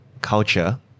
culture